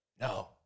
No